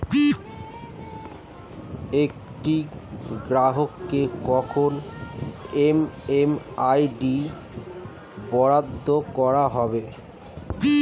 একটি গ্রাহককে কখন এম.এম.আই.ডি বরাদ্দ করা হবে?